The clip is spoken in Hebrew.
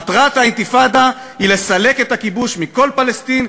מטרת האינתיפאדה היא לסלק את הכיבוש מכל פלסטין,